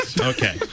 Okay